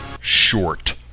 short